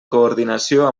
coordinació